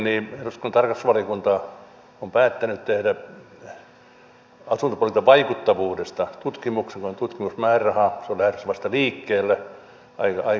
todellakin eduskunnan tarkastusvaliokunta on päättänyt tehdä asuntopolitiikan vaikuttavuudesta tutkimuksen on tutkimusmääräraha se on lähdössä vasta liikkeelle aika laajana